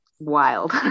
wild